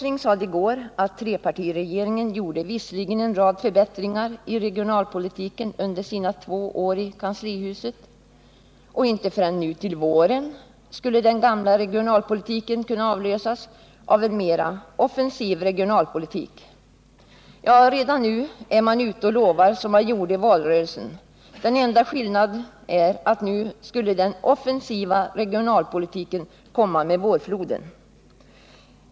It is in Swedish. I går sade Nils Åsling att trepartiregeringen visserligen gjorde en rad förbättringar i regionalpolitiken under sina två år i kanslihuset, men inte förrän till våren skulle den gamla regionalpolitiken ha kunnat avlösas av en mer offensiv regionalpolitik. Redan nu är man ute och lovar såsom man gjorde i valrörelsen. Den enda skillnaden är att nu skulle den offensiva regionalpolitiken komma med vårfloden.